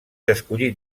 escollit